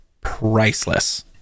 priceless